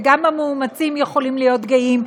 וגם המאומצים יכולים להיות גאים,